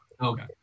Okay